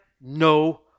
no